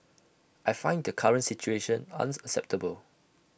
I find the current situation unacceptable